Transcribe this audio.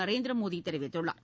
நரேந்திர மோடி தெரிவித்துள்ளார்